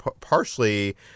partially